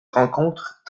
rencontres